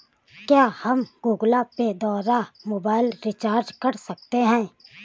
क्या हम Google Pay द्वारा मोबाइल रिचार्ज कर सकते हैं?